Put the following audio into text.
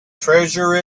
treasure